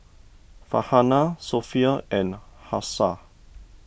Farhanah Sofea and Hafsa